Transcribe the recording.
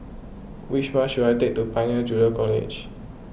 which bus should I take to Pioneer Junior College